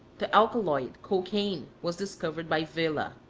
the alkaloid cocaine was discovered by wohler.